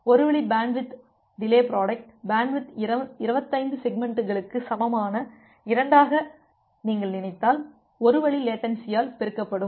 ஒரு வழி bandwidth delay product bandwidth 25 செக்மெண்ட்களுக்கு சமமான 2 ஆக நீங்கள் நினைத்தால் ஒரு வழி லேட்டன்சியால் பெருக்கப்படும்